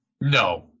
No